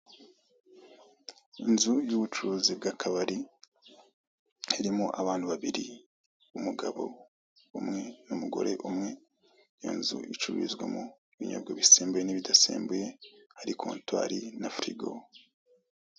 Inzu y'ubucuruzi bw'akabari, harimo abantu babiri; umugabo umwe n'umugore umwe, iyo nzu icururizwamo ibinyobwa bisembuye n'ibidasembuye, hari kontwari na firigo.